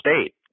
state